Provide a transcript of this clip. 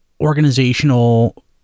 organizational